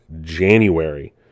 January